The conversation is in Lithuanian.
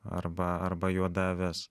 arba arba juoda avis